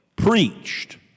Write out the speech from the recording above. Preached